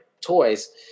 toys